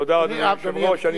תודה, אדוני היושב-ראש.